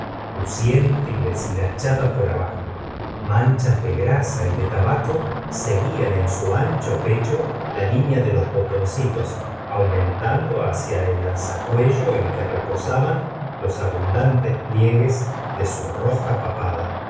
luciente y deshilachada por abajo manchas de grasa y de tabaco seguían en su ancho pecho la línea de los botoncitos aumentando hacia el alzacuello en que reposaban los abundantes pliegues de su roja papada